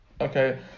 Okay